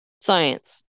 science